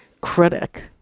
critic